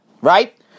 right